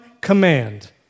command